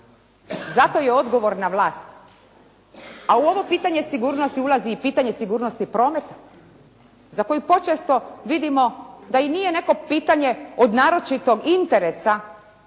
Zato je odgovorna vlast. A u ovo pitanje sigurnosti ulazi i pitanje sigurnosti prometa za koji počesto vidimo da i nije neko pitanje od naročitog interesa